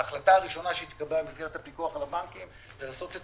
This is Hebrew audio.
ההחלטה הראשונה שהתקבלה במסגרת הפיקוח על הבנקים היא לעשות את